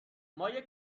مایه